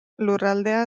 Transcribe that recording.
lurraldea